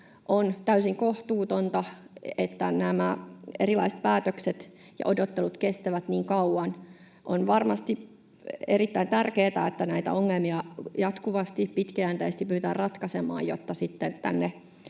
On täysin kohtuutonta, että nämä erilaiset päätökset ja odottelut kestävät niin kauan. On varmasti erittäin tärkeätä, että näitä ongelmia jatkuvasti, pitkäjänteisesti pyritään ratkaisemaan, jotta sitten tänne